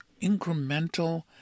incremental